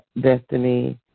Destiny